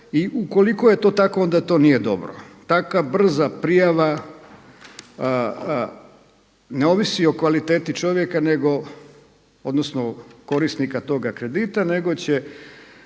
I ukoliko je to tako onda to nije dobro. Takva brza prijava ne ovisi o kvaliteti čovjeka nego, odnosno korisnika toga kredita, nego će